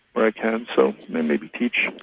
where i can, so then maybe teach.